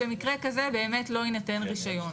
במקרה כזה באמת לא יינתן רישיון.